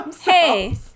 hey